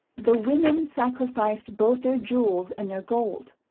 the women sacrificed both their jewels and their gold.